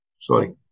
Sorry